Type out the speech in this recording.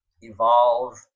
evolve